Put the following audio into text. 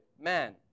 man